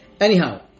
Anyhow